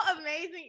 amazing